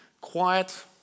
quiet